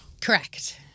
Correct